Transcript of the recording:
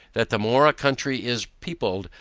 that the more a country is peopled,